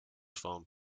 found